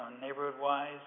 neighborhood-wise